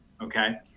okay